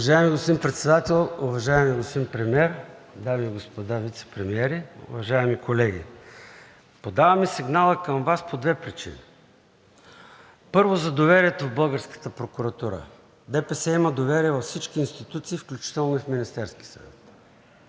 Уважаеми господин Председател, уважаеми господин Премиер, дами и господа вицепремиери, уважаеми колеги! Подаваме сигнала към Вас по две причини. Първо, за доверието в българската прокуратура – ДПС има доверие във всички институции, включително и в Министерския съвет,